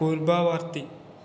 ପୂର୍ବବର୍ତ୍ତୀ